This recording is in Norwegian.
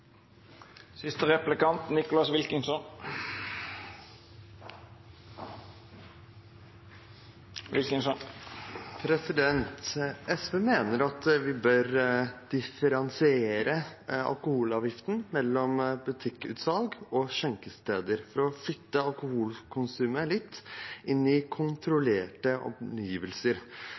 SV mener at vi bør differensiere alkoholavgiften mellom butikkutsalg og skjenkesteder for å flytte alkoholkonsumet litt inn i kontrollerte